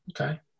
Okay